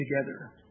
together